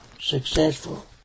successful